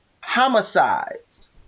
homicides